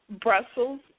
Brussels